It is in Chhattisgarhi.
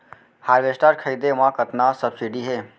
हारवेस्टर खरीदे म कतना सब्सिडी हे?